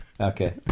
Okay